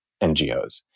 NGOs